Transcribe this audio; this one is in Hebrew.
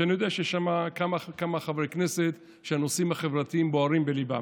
שאני יודע שיש שם כמה חברי כנסת שהנושאים החברתיים בוערים בליבם.